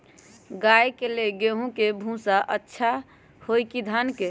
गाय के ले गेंहू के भूसा ज्यादा अच्छा होई की धान के?